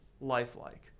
lifelike